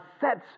sets